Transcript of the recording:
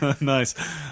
Nice